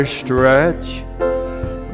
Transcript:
stretch